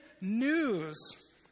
news